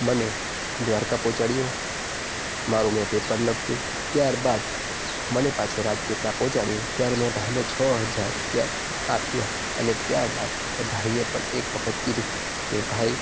મને દ્વારકા પહોંચાડ્યો મારું મેં પેપર લખ્યું ત્યારબાદ મને પાછો રાજપીપળા પહોંચાડ્યો ત્યારે મેં ભાઈને છ હજાર રૂપિયા આપ્યા અને ત્યારબાદ એ ભાઈએ પણ એક વખત કીધું કે ભાઈ